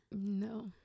No